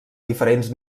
diferents